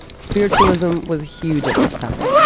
spiritualism was huge at this time,